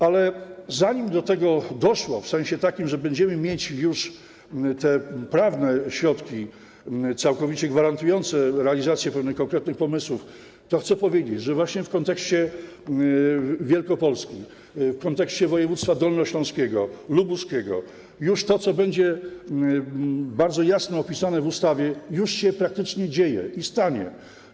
Ale zanim do tego dojdzie w sensie takim, że będziemy mieć już te prawne środki, całkowicie gwarantujące realizację pewnych konkretnych pomysłów, to chcę powiedzieć, że właśnie w kontekście Wielkopolski, w kontekście województw dolnośląskiego, lubuskiego, to co będzie bardzo jasno opisane w ustawie, już praktycznie się dzieje i stanie się.